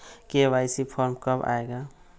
KYC form कब आए गा?